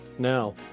Now